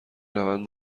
روند